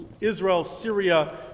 Israel-Syria